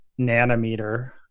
nanometer